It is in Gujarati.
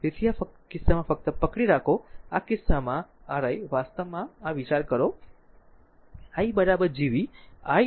તેથી આ કિસ્સામાં ફક્ત પકડી રાખો આ કિસ્સામાં r i વાસ્તવમાં આ વિચારો i Gv i G v